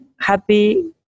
happy